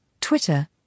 Twitter